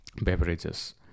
beverages